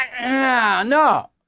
No